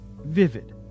vivid